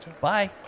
Bye